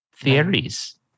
Theories